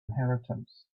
inheritance